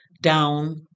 down